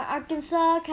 Arkansas